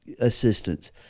assistance